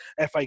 FA